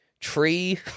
tree